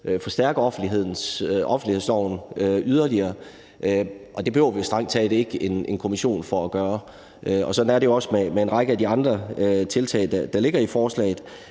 forstærke offentlighedsloven yderligere, og det behøver vi jo strengt taget ikke en kommission for at gøre. Sådan er det også med en række af de andre tiltag, der ligger i forslaget,